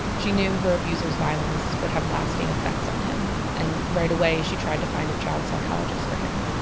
she knew her abuser's violence would have lasting effects on him. and right away, she tried to find a child psychologist for him.